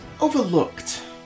overlooked